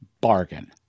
bargain